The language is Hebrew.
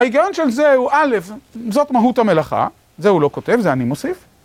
ההיגיון של זה הוא א', זאת מהות המלאכה, זה הוא לא כותב, זה אני מוסיף.